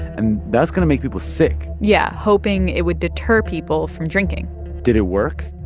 and that's going to make people sick yeah, hoping it would deter people from drinking did it work?